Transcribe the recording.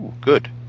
good